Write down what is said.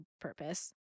purpose